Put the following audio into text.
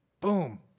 Boom